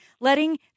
letting